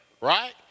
right